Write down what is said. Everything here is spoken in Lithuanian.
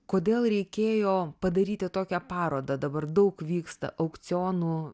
kodėl reikėjo padaryti tokią parodą dabar daug vyksta aukcionų